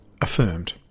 affirmed